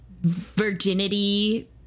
virginity